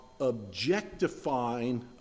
objectifying